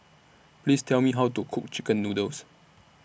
Please Tell Me How to Cook Chicken Noodles